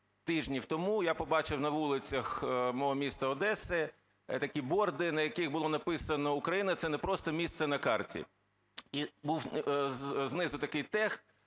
тижнів тому я побачив на вулицях мого міста Одеси такі борди, на яких було написано: "Україна це не просто місце на карті". І був знизу такий тег: